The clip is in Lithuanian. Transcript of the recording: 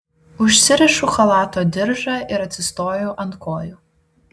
užsirišu chalato diržą ir atsistoju ant kojų